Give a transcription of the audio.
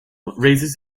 raises